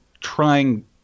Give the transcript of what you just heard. trying